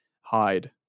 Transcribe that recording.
hide